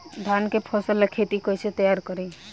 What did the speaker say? धान के फ़सल ला खेती कइसे तैयार करी?